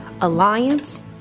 alliance